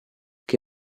che